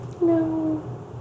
No